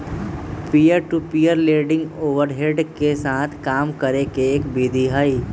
peer to peer lending overhead के साथ काम करे के एक विधि हई